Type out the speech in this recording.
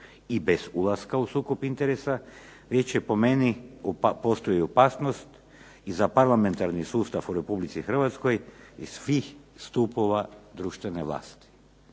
i bez ulaska u sukob interesa, već po meni postoji opasnost za parlamentarni sustav u Republici Hrvatskoj i svih stupova društvene vlasti.